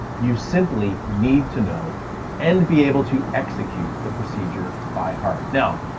you simply need to know and be able to execute the procedure by heart. now,